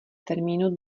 termínu